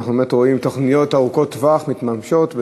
ואנחנו באמת רואים תוכניות ארוכות טווח מתממשות,